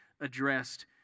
addressed